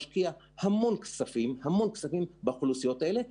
משקיע המון כספים באוכלוסיות האלו,